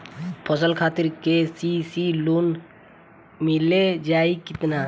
फसल खातिर के.सी.सी लोना मील जाई किना?